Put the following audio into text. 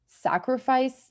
sacrifice